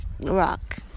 rock